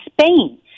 Spain